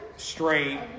straight